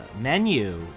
menu